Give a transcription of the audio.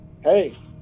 hey